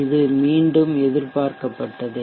இது மீண்டும் எதிர்பார்க்கப்பட்டதே